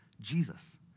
Jesus